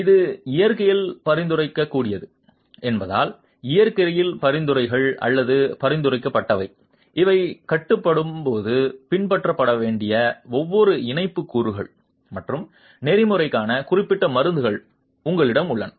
இது இயற்கையில் பரிந்துரைக்கக்கூடியது என்பதால் இயற்கையில் பரிந்துரைகள் அல்லது பரிந்துரைக்கப்பட்டவை இவை கட்டப்படும்போது பின்பற்றப்பட வேண்டிய வெவ்வேறு இணைப்பு கூறுகள் மற்றும் நெறிமுறைகளுக்கான குறிப்பிட்ட மருந்துகள் உங்களிடம் உள்ளன